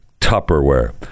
tupperware